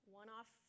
one-off